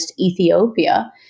Ethiopia